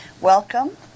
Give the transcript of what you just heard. Welcome